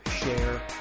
share